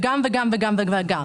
וגם וגם וגם?